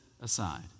aside